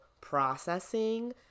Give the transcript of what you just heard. processing